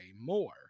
more